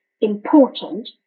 important